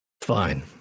Fine